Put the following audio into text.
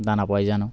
দানা পয়জন